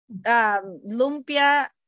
Lumpia